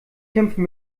kämpfen